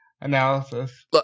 analysis